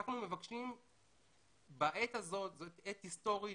אנחנו מבקשים בעת הזו זו עת היסטורית,